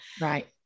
right